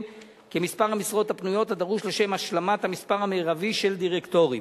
כמספר המשרות הפנויות הדרוש לשם השלמת המספר המרבי של דירקטורים.